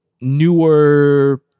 newer